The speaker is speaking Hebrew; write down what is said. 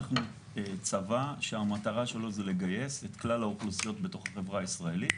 אנחנו צבא שהמטרה שלו היא לגייס את כלל האוכלוסיות בתוך החברה הישראלית.